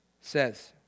says